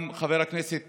גם חבר הכנסת